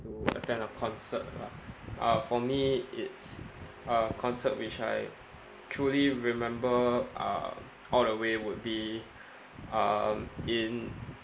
to attend a concert lah uh for me it's a concert which I truly remember uh all the way would be um in